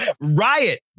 riot